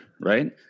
right